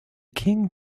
king